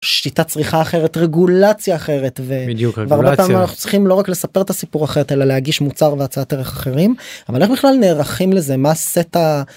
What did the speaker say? שיטת צריכה אחרת, רגולציה אחרת. בדיוק, רגולציה. והרבה פעמים אנחנו צריכים לא רק לספר את הסיפור אחרת אלא להגיש מוצר והצעת ערך אחרים, אבל איך בכלל נערכים לזה מה סט ה...